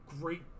great